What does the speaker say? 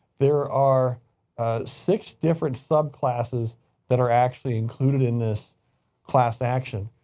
there are six different subclasses that are actually included in this class action.